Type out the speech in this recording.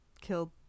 killed